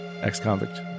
ex-convict